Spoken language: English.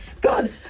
God